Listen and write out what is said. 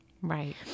Right